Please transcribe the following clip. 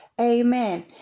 Amen